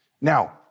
Now